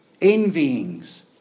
Envyings